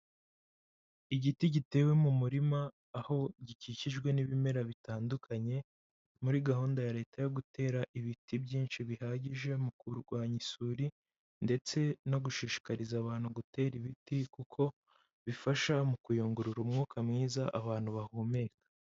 Igiti gitewe mu murima, aho gikikijwe n'ibimera bitandukanye, muri gahunda ya Leta yo gutera ibiti byinshi bihagije mu kurwanya isuri, ndetse no gushishikariza abantu gutera ibiti kuko bifasha mu kuyungurura umwuka mwiza abantu bahumeka.